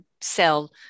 sell